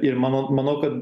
ir manau manau kad